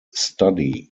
study